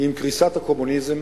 עם קריסת הקומוניזם